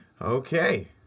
Okay